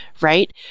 right